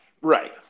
Right